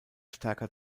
stärker